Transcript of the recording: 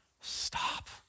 stop